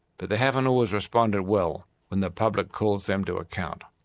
but they haven't always responded well when the public calls them to account.